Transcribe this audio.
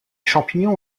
champignons